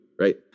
right